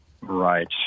Right